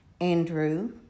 Andrew